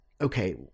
okay